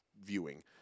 viewing